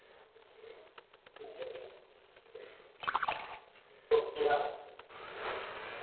तो क्या